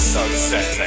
Sunset